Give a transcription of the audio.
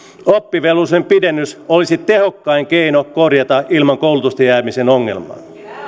oppivelvollisuuden pidennys olisi tehokkain keino korjata ilman koulutusta jäämisen ongelmaa